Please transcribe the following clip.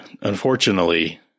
unfortunately